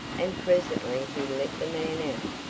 and presently he let the man out,